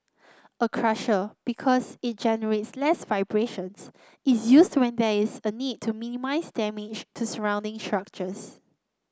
a crusher because it generates less vibrations is used when there is a need to minimise damage to surrounding structures